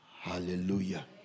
Hallelujah